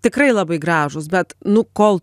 tikrai labai gražūs bet nu kol